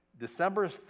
December